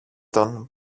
τον